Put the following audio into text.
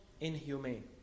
inhumane